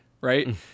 right